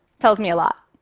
tells me a lot.